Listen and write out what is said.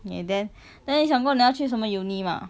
K then then 你想过你要去什么 uni mah